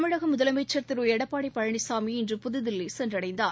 தமிழக முதலமைச்சர் திரு எடப்பாடி பழனிசாமி இன்று புதுதில்லி சென்றடைந்தார்